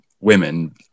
women